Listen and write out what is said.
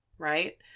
Right